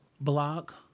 block